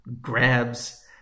grabs